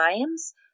times